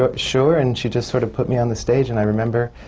ah sure, and she just sort of put me on the stage. and i remember,